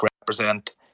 represent